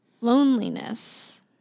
loneliness